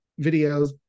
videos